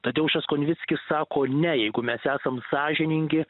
tadeušas konvickis sako ne jeigu mes esam sąžiningi